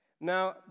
Now